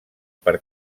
per